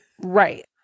right